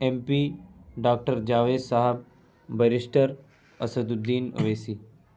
M P doctor Javed sahab barrister Asaduddin Owaisi